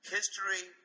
History